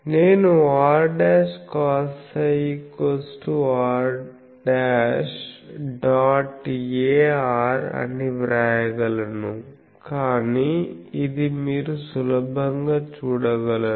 నేను r'cosψ r dot ar అని వ్రాయగలను కాని ఇది మీరు సులభంగా చూడగలరు